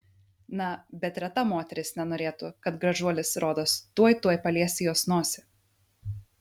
na bet reta moteris nenorėtų kad gražuolis rodos tuoj tuoj palies jos nosį